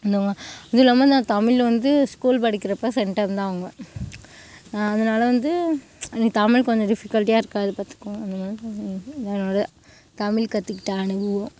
அதுவும் இல்லாமல் நான் தமிழில் வந்து ஸ்கூல் படிக்கிறப்போ சென்டம் தான் வாங்குவேன் நான் அதனால் வந்து எனக்கு தமிழ் கொஞ்சம் டிஃபிகல்ட்டியாக இருக்காது பார்த்துக்கோங்க தமிழ் கற்றுக்கிட்ட அனுபவம்